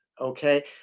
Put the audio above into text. Okay